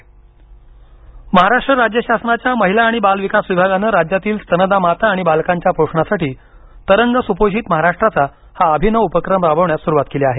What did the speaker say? पोषण अभियान महाराष्ट्र राज्य शासनाच्या महिला आणि बाल विकास विभागानं राज्यातील स्तनदा माता आणि बालकांच्या पोषणासाठी तरंग सुपोषित महाराष्ट्राचा हा अभिनव उपक्रम राबविण्यास सुरुवात केली आहे